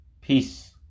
Peace